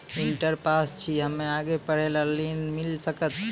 Inter pass छी हम्मे आगे पढ़े ला ऋण मिल सकत?